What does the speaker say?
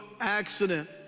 accident